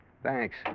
Thanks